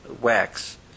wax